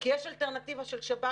כי יש אלטרנטיבה של השב"כ.